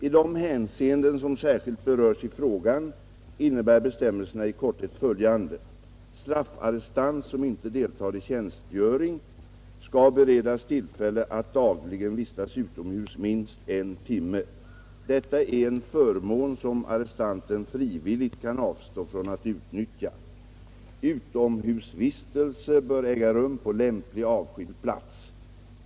I de hänseenden som särskilt berörs i frågan innebär bestämmelserna i korthet följande. Straffarrestant som inte deltar i tjänstgöring skall beredas tillfälle att dagligen vistas utomhus minst en timme. Detta är en förmån, som arrestanten frivilligt kan avstå från att utnyttja. Utomhusvistelsen bör äga rum på lämplig, avskild plats.